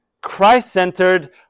Christ-centered